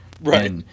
Right